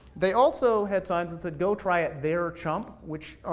they also had signs that said go try it there, chump, which,